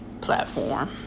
platform